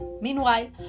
Meanwhile